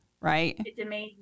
Right